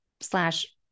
slash